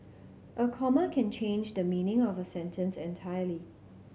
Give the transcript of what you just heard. a comma can change the meaning of a sentence entirely